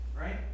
right